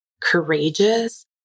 courageous